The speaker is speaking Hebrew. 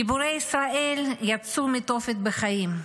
גיבורי ישראל יצאו מהתופת בחיים,